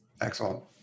Excellent